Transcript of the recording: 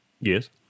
Yes